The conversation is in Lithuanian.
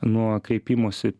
nuo kreipimosi